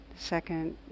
Second